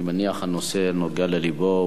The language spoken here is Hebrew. אני מניח שהנושא נוגע ללבו,